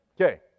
Okay